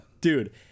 Dude